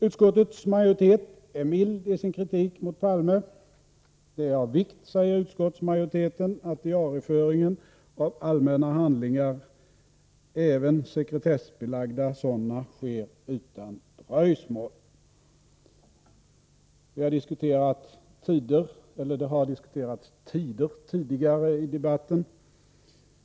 Utskottets majoritet är mild i sin kritik mot Palme. Det är av vikt, säger utskottsmajoriteten, ”att diarieföringen av allmänna handlingar, även sekretessbelagda sådana, sker utan dröjsmål”. Det har tidigare i debatten diskuterats tider.